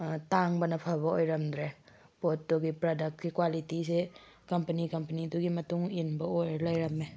ꯇꯥꯡꯕꯅ ꯐꯕ ꯑꯣꯏꯔꯝꯗ꯭ꯔꯦ ꯄꯣꯠꯇꯨꯒꯤ ꯄ꯭ꯔꯗꯛꯀꯤ ꯀ꯭ꯋꯥꯂꯤꯇꯤꯁꯦ ꯀꯝꯄꯅꯤ ꯀꯝꯄꯅꯤꯗꯨꯒꯤ ꯃꯇꯨꯡ ꯏꯟꯕ ꯑꯣꯏꯔ ꯂꯩꯔꯝꯃꯦ